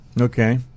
Okay